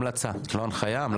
המלצה לא הנחיה, המלצה.